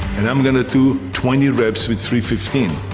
and i'm gonna do twenty reps with three fifteen.